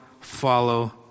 follow